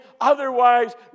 Otherwise